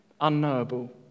unknowable